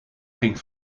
ging